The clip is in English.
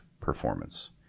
performance